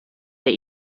that